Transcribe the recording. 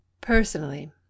personally